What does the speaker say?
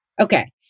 Okay